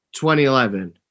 2011